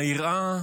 מהיראה,